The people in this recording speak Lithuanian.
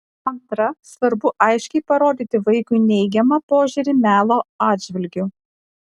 antra svarbu aiškiai parodyti vaikui neigiamą požiūrį melo atžvilgiu